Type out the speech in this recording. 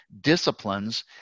disciplines